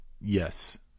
yes